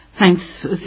Thanks